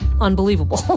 unbelievable